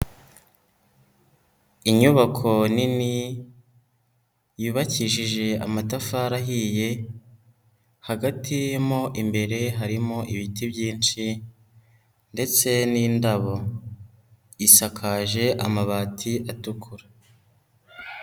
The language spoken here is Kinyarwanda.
Inyubako nini yubakishije amatafari ahiye. Hagati mo imbere harimo ibiti byinshi, ndetse n'indabo. Isakaje amabati atukura.